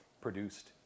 produced